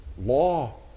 law